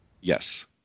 Yes